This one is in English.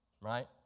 Right